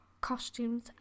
costumes